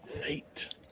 Fate